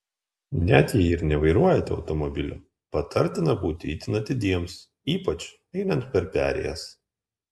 net jei ir nevairuojate automobilio patartina būti itin atidiems ypač einant per perėjas